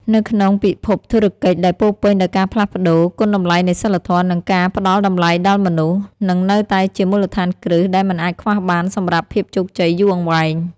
នៅក្នុងពិភពធុរកិច្ចដែលពោពេញដោយការផ្លាស់ប្តូរ គុណតម្លៃនៃសីលធម៌ និងការផ្តល់តម្លៃដល់មនុស្ស នឹងនៅតែជាមូលដ្ឋានគ្រឹះដែលមិនអាចខ្វះបានសម្រាប់ភាពជោគជ័យយូរអង្វែង។